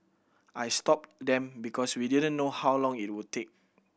I stopped them because we didn't know how long it would take